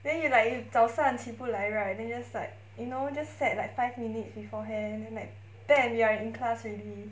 then you like you 早上起不来 right then you just like you know just set like five minutes beforehand then like bam you are in class already